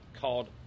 called